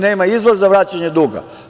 Nema izvoz za vraćanje duga.